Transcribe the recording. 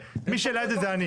מי שהעלה את זה, זה אני.